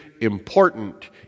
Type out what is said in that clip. important